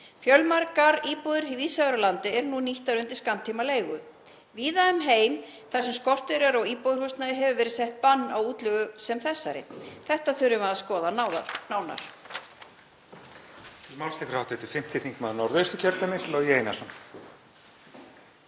Fjölmargar íbúðir víðs vegar um landið eru nú nýttar undir skammtímaleigu. Víða um heim þar sem skortur er á íbúðarhúsnæði hefur verið sett bann á útleigu sem þessa. Þetta þurfum við að skoða nánar.